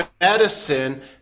medicine